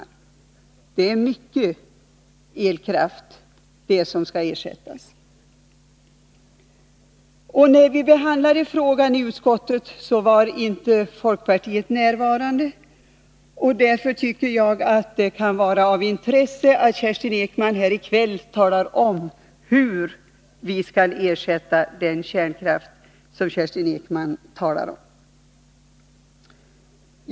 Det är mycket elkraft som skall ersättas. När vi behandlade frågan i utskottet var inte folkpartiet närvarande. Därför tycker jag att det kan vara av intresse att Kerstin Ekman här i kväll talar om hur vi skall ersätta den kärnkraft som hon talar om.